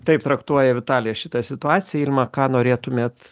taip traktuoja vitalija šitą situaciją ilma ką norėtumėt